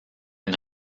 une